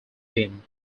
him